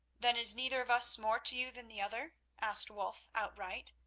then is neither of us more to you than the other? asked wulf outright.